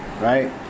right